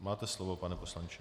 Máte slovo, pane poslanče.